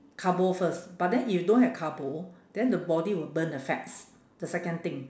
carbo first but then if you don't have carbo then the body will burn the fats the second thing